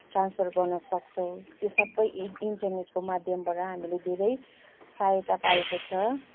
transfer गर्न सक्छौँ त्यो सबै इन्टरनेटको माध्यमबाट हामीले धेरै सहायता पाएको छ